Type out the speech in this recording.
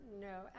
No